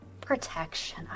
protection